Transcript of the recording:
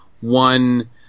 one